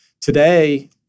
Today